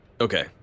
Okay